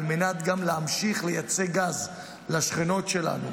גם על מנת להמשיך לייצא גז לשכנות שלנו,